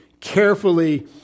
carefully